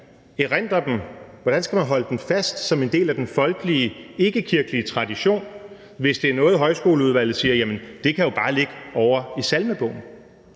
erindre dem og holde dem fast som en del af den folkelige, ikkekirkelige tradition, hvis det er noget, højskoleudvalget siger bare kan ligge ovre i salmebogen.